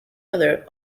other